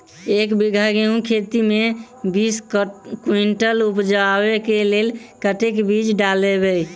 एक बीघा गेंहूँ खेती मे बीस कुनटल उपजाबै केँ लेल कतेक बीज डालबै?